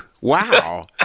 Wow